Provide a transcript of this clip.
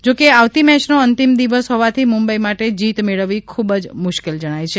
જોકે આવતી મેયનો અંતિમ દિવસ હોવાથી મુંબઈ માટે જીત મેળવવી ખુબજ મુશ્કેલ જણાય છે